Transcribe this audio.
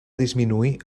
disminuir